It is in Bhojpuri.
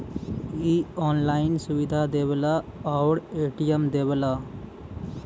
इ ऑनलाइन सुविधा देवला आउर ए.टी.एम देवला